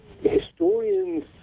historians